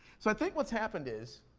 so i think what's happened is,